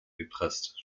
gepresst